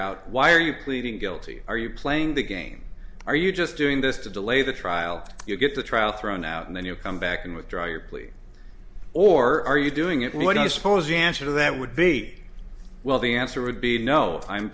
out why are you pleading guilty are you playing the game are you just doing this to delay the trial you get the trial thrown out and then you come back and withdraw your plea or are you doing it what do you suppose the answer to that would be well the answer would be no i'm